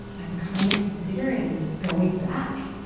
i'm kind of considering going back.